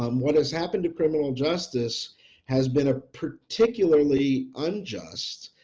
um what has happened to criminal justice has been a particularly unjust,